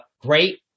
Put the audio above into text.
great